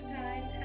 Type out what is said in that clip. time